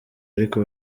ariko